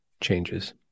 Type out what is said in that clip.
changes